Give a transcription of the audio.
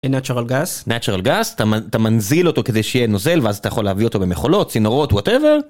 Natural gas. Natural gas, אתה מנזיל אותו כדי שיהיה נוזל ואז אתה יכול להביא אותו במכולות, צינורות, וואטאבר.